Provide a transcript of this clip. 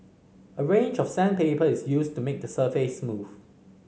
a range of sandpaper is used to make the surface smooth